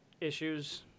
issues